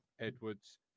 Edwards